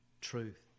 Truth